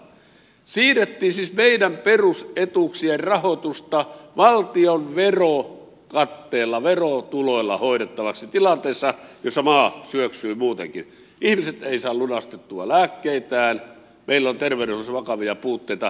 siirrettiin siis meidän perusetuuksien rahoitusta valtion verokatteella verotuloilla hoidettavaksi tilanteessa jossa maa syöksyy muutenkin ihmiset eivät saa lunastettua lääkkeitään meillä on terveydenhuollossa vakavia puutteita